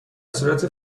صورت